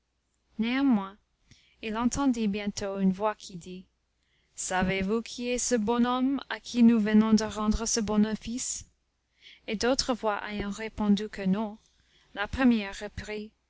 néanmoins il entendit bientôt une voix qui dit savez-vous qui est ce bon homme à qui nous venons de rendre ce bon office et d'autres voix ayant répondu que non la première reprit